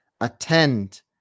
attend